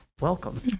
welcome